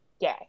gay